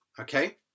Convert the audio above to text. okay